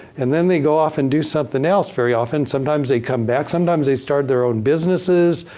and then they go off and do something else very often. sometimes they come back. sometimes they start their own businesses,